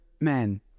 men